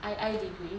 eye eye degree